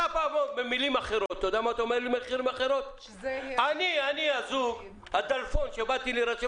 במילים אחרות אתה אומר לי שהזוג הדלפון שבא להירשם